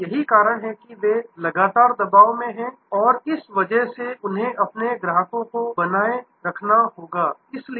तथा यही कारण है कि वे लगातार दबाव में हैं और इस वजह से उन्हें अपने ग्राहकों को बनाए रखना चाहते हैं